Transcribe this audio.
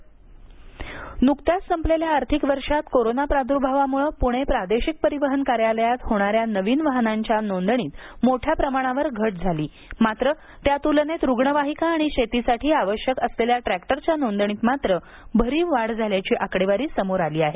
पुणे प्रादेशिक परिवहन नुकत्याच संपलेल्या आर्थिक वर्षात कोरोना प्रादुर्भावामुळं पुणे प्रादेशिक परिवहन कार्यालयात होणाऱ्या नवीन वाहनांच्या नोंदणीत मोठ्या प्रमाणावर घट झाली मात्र त्या तुलनेत रुग्णवाहिका आणि शेतीसाठी आवश्यक असलेल्या ट्रॅक्टरच्या नोंदणीत मात्र भरीव वाढ झाल्याची आकडेवारी समोर आली आहे